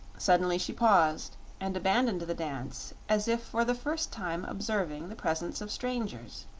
suddenly she paused and abandoned the dance, as if for the first time observing the presence of strangers.